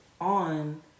on